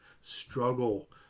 struggle